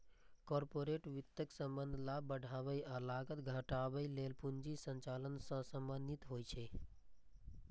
corporate वित्तक संबंध लाभ बढ़ाबै आ लागत घटाबै लेल पूंजी संचालन सं संबंधित होइ छै